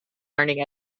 learning